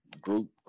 group